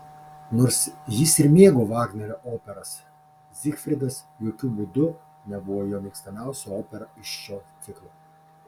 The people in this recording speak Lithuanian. nors jis ir mėgo vagnerio operas zigfridas jokiu būdu nebuvo jo mėgstamiausia opera iš šio ciklo